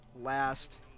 last